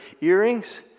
earrings